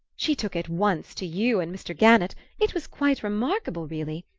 she took at once to you and mr. gannett it was quite remarkable, really.